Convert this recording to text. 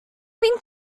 been